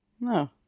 No